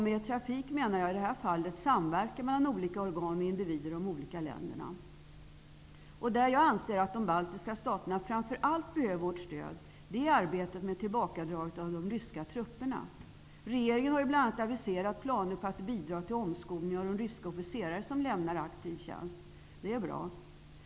Med trafik menar jag i det här fallet samverkan mellan olika organ och individer i de olika länderna. Jag anser att de baltiska staterna framför allt behöver vårt stöd i arbetet med tillbakadragandet av de ryska trupperna. Regeringen har ju bl.a. aviserat planer på att bidra till omskolning av de ryska officerare som lämnar aktiv tjänst. Det är bra.